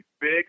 big